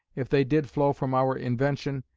if they did flow from our invention,